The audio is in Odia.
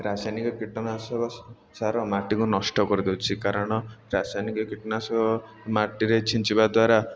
ରାସାୟନିକ କୀଟନାଶକ ସାର ମାଟିକୁ ନଷ୍ଟ କରିଦେଉଛି କାରଣ ରାସାୟନିକ କୀଟନାଶକ ମାଟିରେ ଛିଞ୍ଚିବା ଦ୍ୱାରା